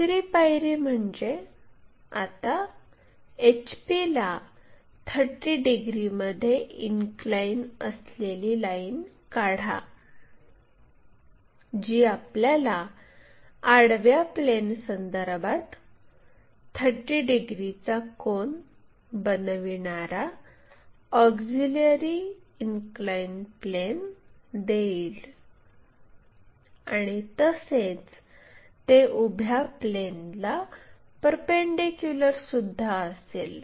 तिसरी पायरी म्हणजे आता HP ला 30 डिग्रीमध्ये इनक्लाइन असलेली लाईन काढा जी आपल्याला आडव्या प्लेनसंदर्भात 30 डिग्रीचा कोन बनविणारा ऑक्झिलिअरी इनक्लाइन प्लेन देईल आणि तसेच ते उभ्या प्लेनला परपेंडीक्युलरसुद्धा असेल